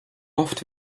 oft